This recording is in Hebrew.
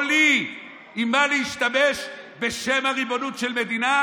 לי במה להשתמש בשם הריבונות של המדינה,